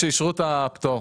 כשאישרו את הפטור,